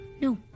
No